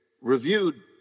reviewed